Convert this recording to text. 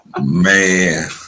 Man